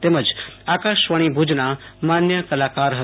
તેમજ આકાશવાણી ભુજના માન્ય કલાકાર હતા